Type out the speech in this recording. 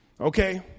Okay